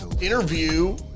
interview